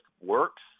works